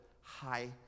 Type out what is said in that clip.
high